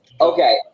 Okay